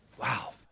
Wow